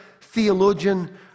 theologian